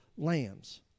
Lambs